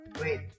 Wait